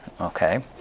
Okay